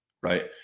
Right